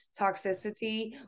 toxicity